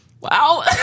Wow